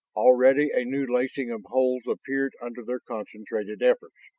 already a new lacing of holes appeared under their concentrated efforts.